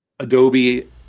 Adobe